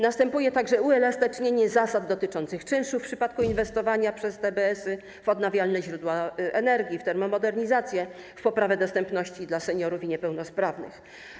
Następuje także uelastycznienie zasad dotyczących czynszów w przypadku inwestowania przez TBS-y w odnawialne źródła energii, w termomodernizację, w poprawę dostępności dla seniorów i niepełnosprawnych.